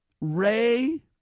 Ray